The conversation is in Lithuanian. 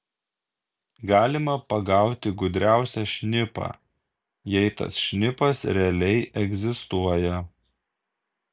galima pagauti gudriausią šnipą jei tas šnipas realiai egzistuoja